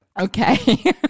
Okay